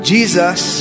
Jesus